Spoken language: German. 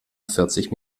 vierzig